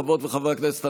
חברות וחברי הכנסת,